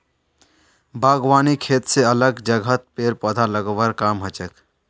बागवानी खेत स अलग जगहत पेड़ पौधा लगव्वार काम हछेक